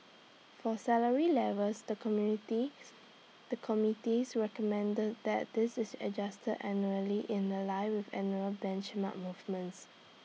for salary levels the community the committees recommended that this is adjusted annually in The Line with annual benchmark movements